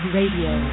Radio